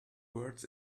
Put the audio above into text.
words